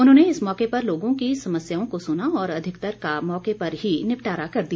उन्होंने इस मौके पर लोगों की समस्याओं का सुना और अधिकतर का मौके पर ही निपटारा कर दिया